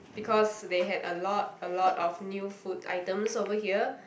because they had a lot a lot of new food items over here